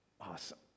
Awesome